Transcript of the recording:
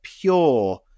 pure